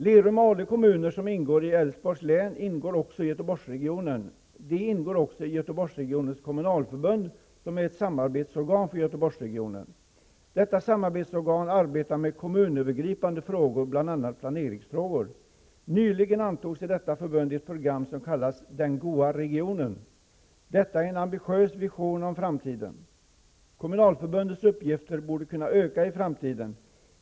Lerum och Ale kommuner som tillhör Älvsborgs län ingår också i Göteborgsregionen. De ingår också i Göteborgsregionens Kommunalförbund som är ett samarbetsorgan för Göteborgsregionen. Detta samarbetsorgan arbetar med kommunövergripande frågor, bl.a. planeringsfrågor. Nyligen antogs i detta förbund ett program som kallas ''Den go'a regionen''. Detta är en ambitiös vision om framtiden. Kommunalförbundets uppgifter borde kunna öka i framtiden.